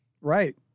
Right